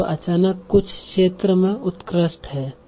तो वह अचानक कुछ क्षेत्र में उत्कृष्ट है